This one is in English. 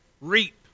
reap